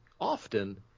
often